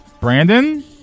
Brandon